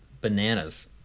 bananas